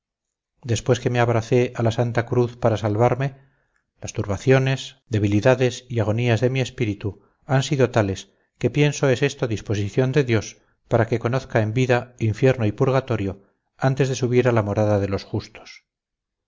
después que me abracé a la santa cruz para salvarme las turbaciones debilidades y agonías de mi espíritu han sido tales que pienso es esto disposición de dios para que conozca en vida infierno y purgatorio antes de subir a la morada de los justos